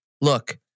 look